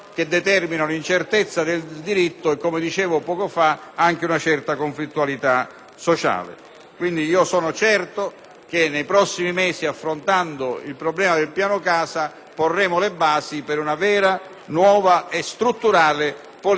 quindi certo che nei prossimi mesi, affrontando il problema del Piano casa, porremo le basi per una vera, nuova e strutturale politica abitativa nel nostro Paese. Ringrazio tutti i componenti della Commissione